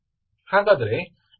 ಹಾಗಾದರೆ ಇದರ ಪರಿಹಾರವೇನು